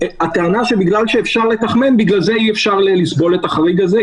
בגלל שאפשר לתחמן יש טענה שאי-אפשר לסבול את החריג הזה.